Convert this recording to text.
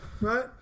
right